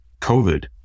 COVID